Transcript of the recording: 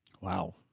Wow